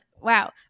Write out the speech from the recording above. wow